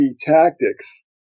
tactics